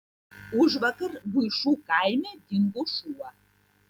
užvakar buišų kaime dingo šuo